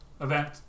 event